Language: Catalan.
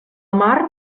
mar